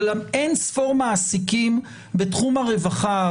אבל אין ספור מעסיקים בתחום הרווחה,